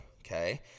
okay